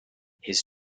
his